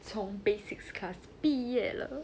从 basics class 毕业了